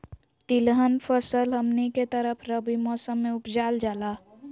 तिलहन फसल हमनी के तरफ रबी मौसम में उपजाल जाला